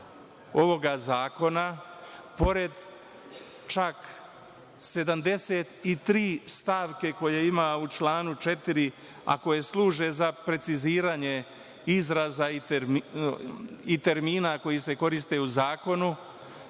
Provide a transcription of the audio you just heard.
ovog zakona pored čak 73 stavke koje ima u članu 4, a koje služe za preciziranje izraza i termina koji se koriste u zakonu